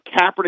Kaepernick